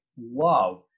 love